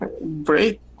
break